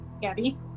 Gabby